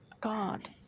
God